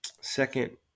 second